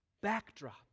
backdrop